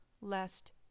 lest